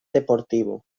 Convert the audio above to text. deportivo